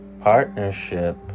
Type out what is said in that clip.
partnership